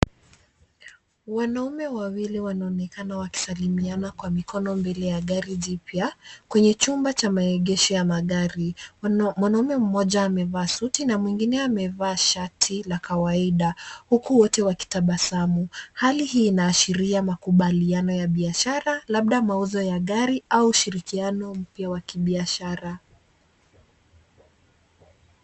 Wanaume wawili wanaonekana wakisalimiana kwa mikono mbele ya gari jipya kwenye chumba cha maegesho ya magari. Mwanaume mmoja amevaa suti na mwingine amevaa shati la kawaida huku wote wakitabasamu. Hali hii inaashiria makubaliano ya biashara labda mauzo ya gari au ushirikiano mpya wa kibiashara.